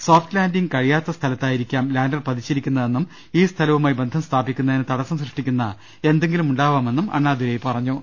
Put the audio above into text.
soft ലാൻഡിന് കഴിയാത്ത സ്ഥല ത്തായിരിക്കാം ലാൻഡർ പതിച്ചിരിക്കുന്നതെന്നും ഈ സ്ഥലവുമായി ബന്ധം സ്ഥാപിക്കുന്നതിന് തടസ്സം സൃഷ്ടിക്കുന്ന എന്തെങ്കിലും ഉണ്ടാ വാമെന്നും അണ്ണാദുരൈ പറഞ്ഞു